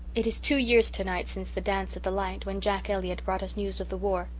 it is two years tonight since the dance at the light, when jack elliott brought us news of the war.